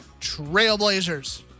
Trailblazers